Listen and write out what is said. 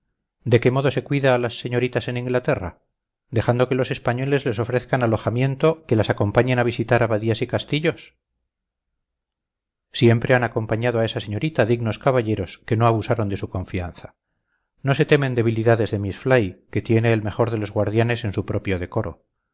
de qué modo se cuida a las señoritas en inglaterra dejando que los españoles les ofrezcan alojamiento que las acompañen a visitar abadías y castillos siempre han acompañado a esa señorita dignos caballeros que no abusaron de su confianza no se temen debilidades de miss fly que tiene el mejor de los guardianes en su propio decoro